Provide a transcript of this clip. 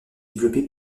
développé